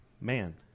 Man